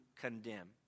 condemn